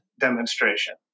demonstration